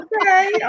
Okay